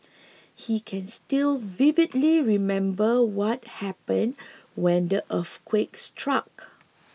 he can still vividly remember what happened when the earthquake struck